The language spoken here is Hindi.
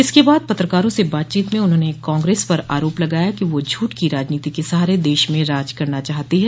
इसके बाद पत्रकारों से बातचीत में उन्होंने कांग्रेस पर आरोप लगाया कि वह झूठ की राजनीति के सहारे देश में राज करना चाहती है